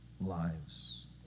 lives